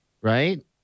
Right